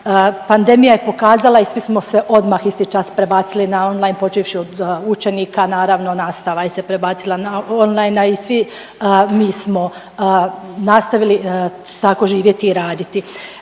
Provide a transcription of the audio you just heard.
Pandemija je pokazala i svi smo se odmah isti čas prebacili na online počevši od učenika, naravno nastava je se prebacila na online, a i svi mi smo nastavili tako živjeti i raditi.